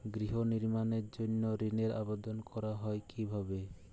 গৃহ নির্মাণের জন্য ঋণের আবেদন করা হয় কিভাবে?